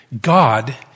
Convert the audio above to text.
God